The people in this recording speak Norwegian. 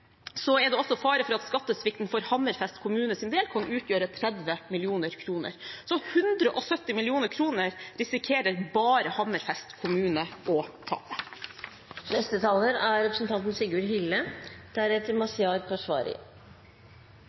er det også fare for at skattesvikten for Hammerfest kommunes del kan utgjøre 30 mill. kr. Så 170 mill. kr risikerer bare Hammerfest kommune å tape. Norge er